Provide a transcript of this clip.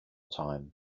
time